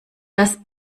das